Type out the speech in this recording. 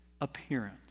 appearance